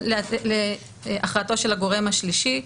להכרעתו של הגורם השלישי.